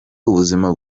ubuzima